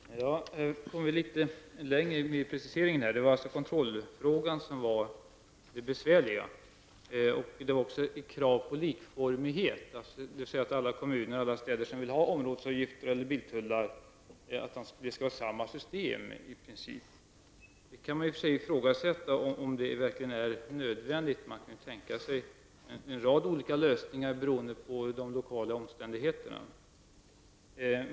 Herr talman! Nu kom vi litet längre i preciseringen. Det var alltså kontrollfrågan som var det besvärliga och här fanns också krav på likformighet, dvs. alla kommuner eller städer som vill ha områdesavgifter eller biltullar skall i princip ha samma system. Det kan i och för sig ifrågasättas om det är nödvändigt. Man kan tänka sig en rad olika lösningar beroende på de lokala omständigheterna.